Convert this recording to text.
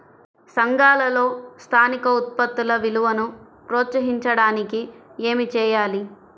సంఘాలలో స్థానిక ఉత్పత్తుల విలువను ప్రోత్సహించడానికి ఏమి చేయాలి?